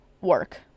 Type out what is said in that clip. work